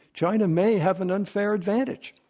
china may have an unfair advantage.